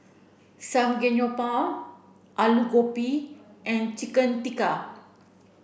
Samgeyopsal Alu Gobi and Chicken Tikka